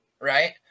Right